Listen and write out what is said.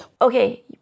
Okay